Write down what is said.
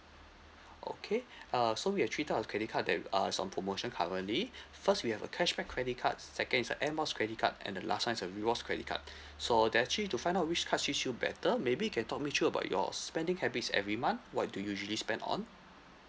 okay uh so we have three types of credit card that with uh some promotion currently first we have a cashback credit card second is a air miles credit card and the last one is a rewards credit card so then actually to find out which card suits you better maybe you can talk me through about your spending habits every month what do you usually spend on